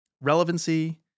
relevancy